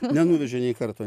nenuvežė nei karto